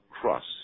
crust